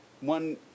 one